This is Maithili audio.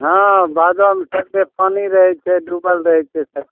हँ भादोमे कते पानि रहै छै डूबल रहै छै सब